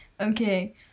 Okay